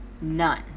none